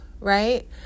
right